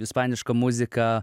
ispanišką muziką